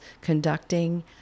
conducting